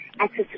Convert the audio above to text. access